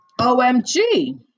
OMG